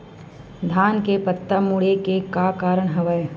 धान के पत्ता मुड़े के का कारण हवय?